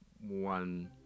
one